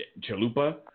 chalupa